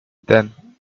then